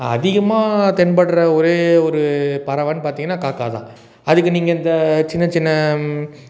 அதிகமாக தென்படுற ஒரே ஒரு பறைவன்னு பார்த்திங்கன்னா காக்கா தான் அதுக்கு நீங்கள் இந்த சின்ன சின்ன